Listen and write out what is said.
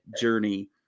journey